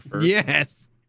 Yes